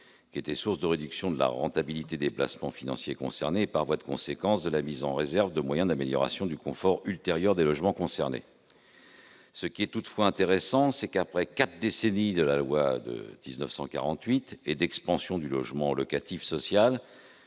qui était source de réduction de la rentabilité des placements financiers concernés et, par voie de conséquence, de mise en réserve de moyens d'amélioration ultérieure du confort des logements concernés. Il est toutefois intéressant que, après quatre décennies d'application de la loi de 1948 et d'expansion du logement locatif social,